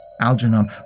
Algernon